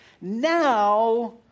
now